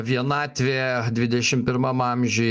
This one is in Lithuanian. vienatvė dvidešim pirmam amžiui